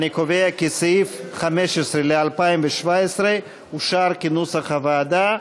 אני קובע כי סעיף 15 ל-2017 אושר כנוסח הוועדה.